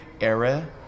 era